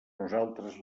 nosaltres